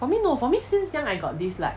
for me no for me since young I got this like